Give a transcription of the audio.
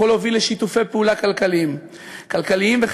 ויכול להוביל לשיתופי פעולה כלכליים וחברתיים.